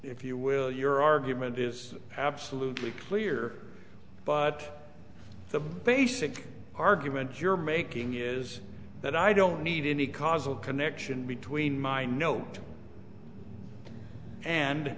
if you will your argument is absolutely clear but the basic argument you're making is that i don't need any causal connection between my note and